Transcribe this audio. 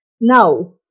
Now